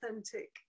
authentic